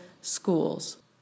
schools